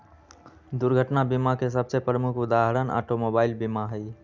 दुर्घटना बीमा के सबसे प्रमुख उदाहरण ऑटोमोबाइल बीमा हइ